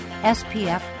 SPF